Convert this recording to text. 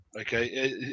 Okay